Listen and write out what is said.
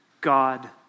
God